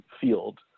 field